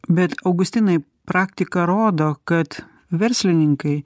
bet augustinai praktika rodo kad verslininkai